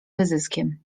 wyzyskiem